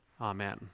Amen